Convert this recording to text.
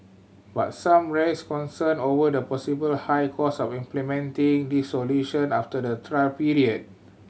but some raised concern over the possible high costs of implementing these solution after the trial period